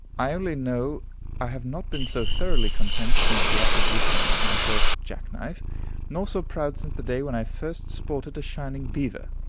i only know i have not been so thoroughly content since the acquisition of my first jackknife nor so proud since the day when i first sported a shining beaver.